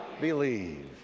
believe